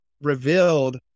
revealed